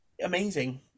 amazing